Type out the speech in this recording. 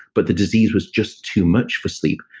but the disease was just too much for sleep.